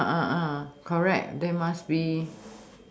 correct there must be